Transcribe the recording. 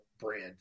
brand